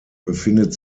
befindet